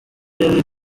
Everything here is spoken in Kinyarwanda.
yari